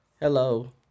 Hello